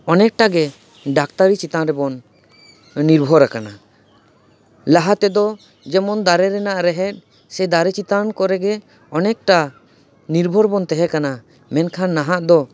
ᱚᱱᱮᱠᱴᱟ ᱜᱮ ᱰᱟᱠᱛᱟᱨᱤ ᱪᱮᱛᱟᱱ ᱨᱮᱵᱚᱱ ᱱᱤᱨᱵᱷᱚᱨ ᱟᱠᱟᱱᱟ ᱞᱟᱦᱟ ᱛᱮᱫᱚ ᱡᱮᱢᱚᱱ ᱫᱟᱨᱮ ᱨᱮᱱᱟᱜ ᱨᱮᱦᱮᱫ ᱥᱮ ᱫᱟᱨᱮ ᱪᱮᱛᱟᱱ ᱠᱚᱨᱮᱜᱮ ᱚᱱᱮᱠᱴᱟ ᱱᱤᱨᱵᱷᱚᱨ ᱵᱚᱱ ᱛᱟᱦᱮᱸ ᱠᱟᱱᱟ ᱢᱮᱱᱠᱷᱟᱱ ᱱᱟᱦᱟᱜ ᱫᱚ